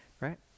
right